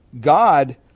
God